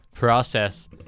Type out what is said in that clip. process